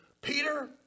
Peter